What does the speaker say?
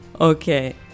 Okay